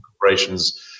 ...corporations